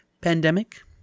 pandemic